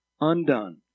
undone